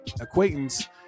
acquaintance